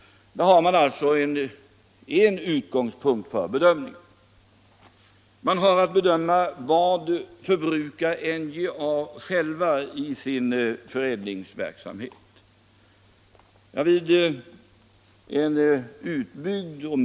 Där har man alltså en utgångspunkt för bedömningen. Man har vidare att bedöma vad NJA självt förbrukar i sin förädlingsverksamhet.